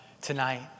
tonight